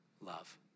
love